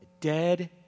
Dead